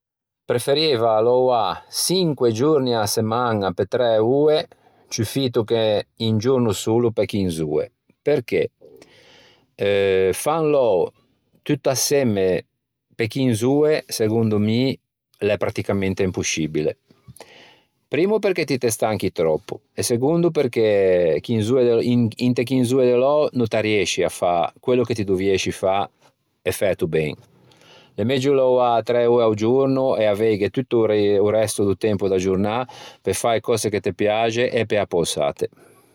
Preferieiva louâ çinque giorni a-a semaña pe træ oe ciufito che un giorno solo pe chinz'oe perché fâ un lou tutto assemme pe chinz'oe, segondo mi l'é pratticamente imposcibile. Primmo perché ti te stanchi tròppo e segondo perché chinz'oe, in- inte chinz'oe de lou no t'arriësci à fâ quello che ti doviësci fâ e fæto ben. L'é megio louâ træ oe a-o giorno e aveighe tutto o re- resto do tempo da giornâ pe fâ e cöse che te piaxe e pe appösâte.